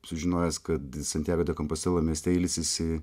sužinojęs kad santjago de kompastela mieste ilsisi